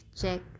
check